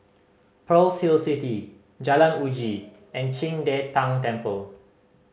Pearl's Hill City Jalan Uji and Qing De Tang Temple